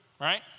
right